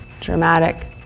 dramatic